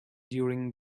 during